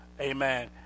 Amen